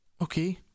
Okay